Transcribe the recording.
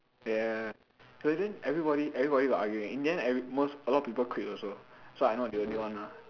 ya but then everybody everybody were arguing in the end every~ most a lot people quit also so I not the only one lah